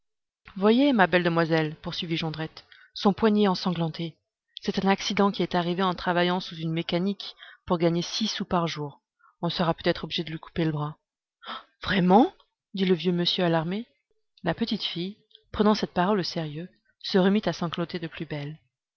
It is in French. voyez ma belle demoiselle poursuivit jondrette son poignet ensanglanté c'est un accident qui est arrivé en travaillant sous une mécanique pour gagner six sous par jour on sera peut-être obligé de lui couper le bras vraiment dit le vieux monsieur alarmé la petite fille prenant cette parole au sérieux se remit à sangloter de plus belle